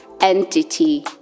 entity